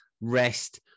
rest